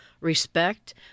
respect